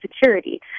Security